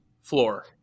floor